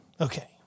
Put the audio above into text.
Okay